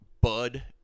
Bud